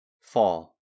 Fall